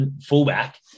fullback